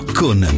con